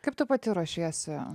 kaip tu pati ruošiesi